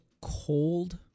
cold